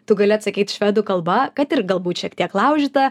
tu gali atsakyt švedų kalba kad ir galbūt šiek tiek laužyta